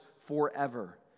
forever